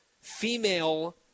female